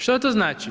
Što to znači?